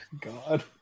God